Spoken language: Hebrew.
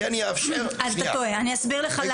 אני אסביר לך למה.